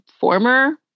former